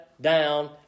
down